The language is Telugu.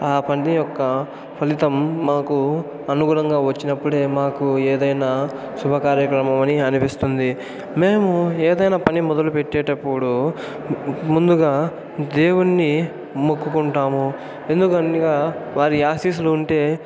ఆ పని యొక్క ఫలితం మాకు అనుగుణంగా వచ్చినప్పుడే మాకు ఏదైనా శుభ కార్యక్రమము అని అనిపిస్తుంది మేము ఏదైనా పని మొదలుపెట్టేటప్పుడు ముందుగా దేవుని మొక్కుకుంటాము ఎందుకనగా వారి ఆశీస్సులు ఉంటే